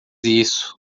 isso